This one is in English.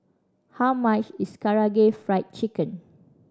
how much is Karaage Fried Chicken